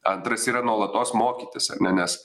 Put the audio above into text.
antras yra nuolatos mokytis ar ne nes